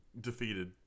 defeated